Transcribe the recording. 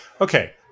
okay